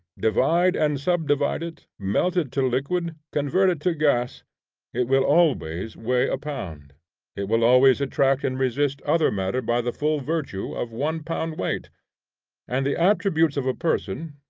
divide and subdivide it melt it to liquid, convert it to gas it will always weigh a pound it will always attract and resist other matter by the full virtue of one pound weight and the attributes of a person,